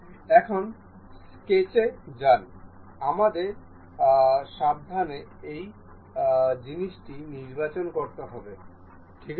এখন স্কেচে যান আমাদের সাবধানে এই জিনিসটি নির্বাচন করতে হবে ঠিক আছে